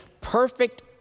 perfect